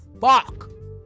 Fuck